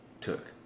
took